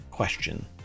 question